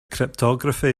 cryptography